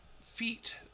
feet